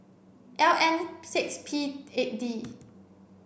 L N six P eight D